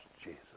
Jesus